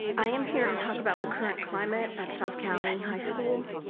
i am here to talk about the current client at south county high school.